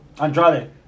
Andrade